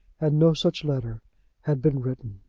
and no such letter had been written.